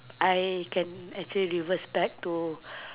I can actually reverse back to